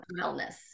wellness